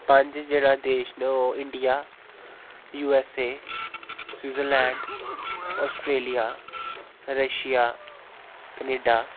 पंज जेह्ड़े देश न ओह् India U S A Switzerland Australia Russia Canada